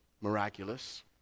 miraculous